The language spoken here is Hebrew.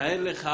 תאר לך